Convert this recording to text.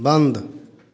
बंद